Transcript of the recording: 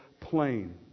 plain